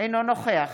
אינו נוכח